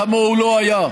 כמוהו לא היה.